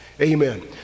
Amen